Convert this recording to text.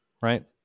right